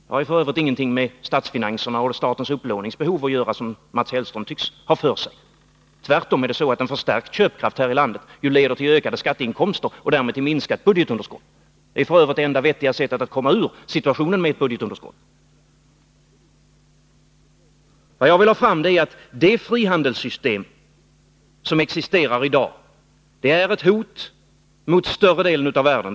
Det sistnämnda har f. ö. ingenting med statsfinanserna och statens upplåningsbehov att göra, som Mats Hellström tycks ha för sig. Tvärtom leder en förstärkt köpkraft här i landet till ökade skatteinkomster och därmed till minskat budgetunderskott — och det är f. ö. det enda vettiga sättet att komma ur situationen med ett budgetunderskott. Vad jag vill ha fram är att det frihandelssystem som existerar i dag är ett hot mot större delen av världen.